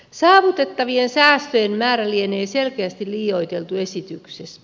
saavutettavien säästöjen määrä lienee selkeästi liioiteltu esityksessä